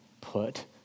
put